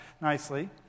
nicely